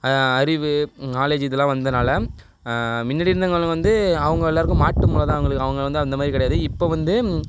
அறிவு நாலேஜ் இதெலாம் வந்தனால முன்னாடி இருந்தவங்கள வந்து அவங்க எல்லாருக்கும் மாட்டு மூளை தான் அவங்களுக்கு அவங்க வந்து அந்தமாதிரி கிடையாது இப்போ வந்து